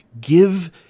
give